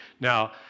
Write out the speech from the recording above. Now